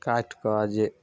काटिकऽ जे